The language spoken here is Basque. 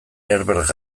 herbert